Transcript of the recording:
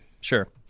Sure